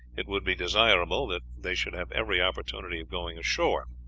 it would be desirable that they should have every opportunity of going ashore,